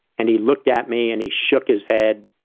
and he looked at me and he shook his head.